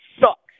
sucks